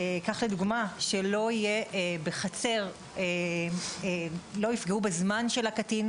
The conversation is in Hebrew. כך לדוגמה שבחצר לא יפגעו בזמן של הקטין,